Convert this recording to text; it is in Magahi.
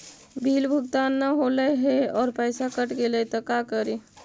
बिल भुगतान न हौले हे और पैसा कट गेलै त का करि?